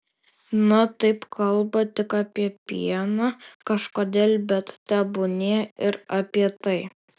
na taip kalba tik apie pieną kažkodėl bet tebūnie ir apie tai